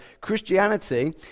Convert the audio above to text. Christianity